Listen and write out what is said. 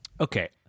Okay